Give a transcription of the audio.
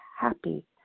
happy